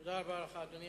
תודה רבה לך, אדוני.